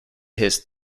his